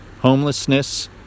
homelessness